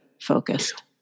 focused